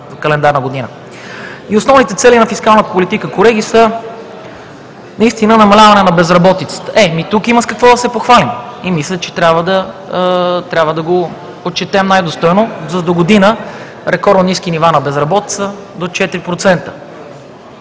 календарна година. Основните цели на фискалната политика, колеги, са наистина намаляване на безработицата. Е, и тук има с какво да се похвалим и мисля, че трябва да го отчетем най-достойно: за догодина рекордно ниски нива на безработицата – до 4%.